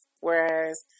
Whereas